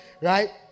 right